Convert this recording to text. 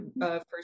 first